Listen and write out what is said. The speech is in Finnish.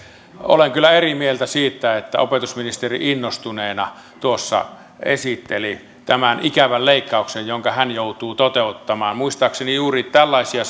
olen kyllä eri mieltä siitä että opetusministeri innostuneena esitteli tämän ikävän leikkauksen jonka hän joutuu toteuttamaan muistaakseni juuri tällaisia